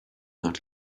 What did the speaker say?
not